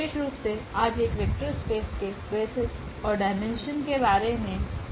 विशेष रूप से आज एक वेक्टर स्पेस के बेसिस और डायमेंशन के बारे में बात करेगे